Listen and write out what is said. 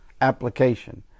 application